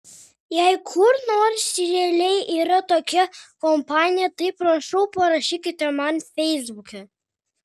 jei kur nors realiai yra tokia kompanija tai prašau parašykite man feisbuke